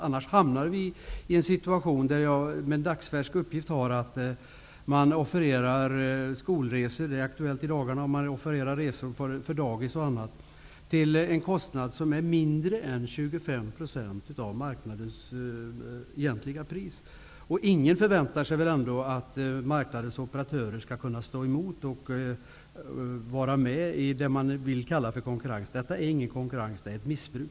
Annars hamnar vi i en situation där man offererar skolresor -- det är aktuellt i dagarna -- och resor för dagis och annat till en kostnad som är mindre än 25 % av marknadens egentliga pris. Det är en dagsfärsk uppgift som jag har fått. Ingen förväntar sig väl att marknadens operatörer skall kunna stå emot detta och vara med och konkurrera. Detta är ingen konkurrens, det är ett missbruk.